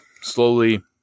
slowly